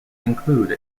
include